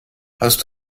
hast